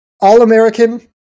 All-American